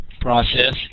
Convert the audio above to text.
process